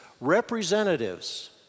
representatives